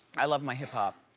i love my hip hop,